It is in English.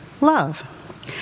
love